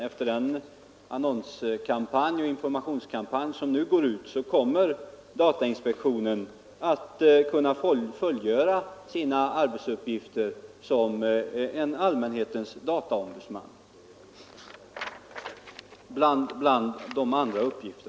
Efter den annonsoch informationskampanj som inom kort påbörjas kommer datainspektionen att förutom sina övriga uppgifter kunna fullgöra åliggandet att vara en allmänhetens dataombudsman.